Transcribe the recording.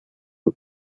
the